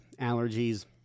allergies